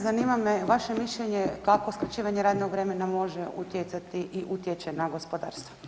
Zanima me vaše mišljenje kako skraćivanje radnog vremena može utjecati i utječe na gospodarstvo.